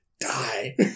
Die